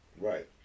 right